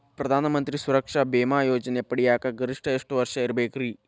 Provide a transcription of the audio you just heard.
ಪ್ರಧಾನ ಮಂತ್ರಿ ಸುರಕ್ಷಾ ಭೇಮಾ ಯೋಜನೆ ಪಡಿಯಾಕ್ ಗರಿಷ್ಠ ಎಷ್ಟ ವರ್ಷ ಇರ್ಬೇಕ್ರಿ?